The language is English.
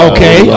Okay